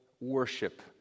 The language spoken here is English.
worship